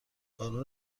قانون